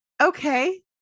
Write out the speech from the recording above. okay